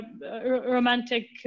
romantic